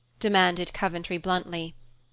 demanded coventry bluntly.